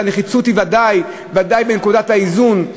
והנחיצות היא ודאי ודאי בנקודת האיזון,